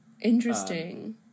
Interesting